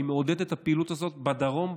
אני מעודד את הפעילות הזאת בדרום,